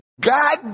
God